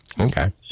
Okay